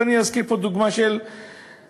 ואני אזכיר פה דוגמה של שר,